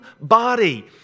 body